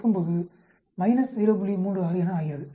36 என ஆகிறது